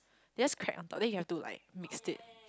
they just cracked on top then you have to like mix it